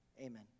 Amen